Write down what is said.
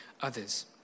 others